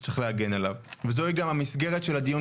שצריך להגן עליו וזוהי גם המסגרת של הדיון,